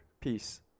Peace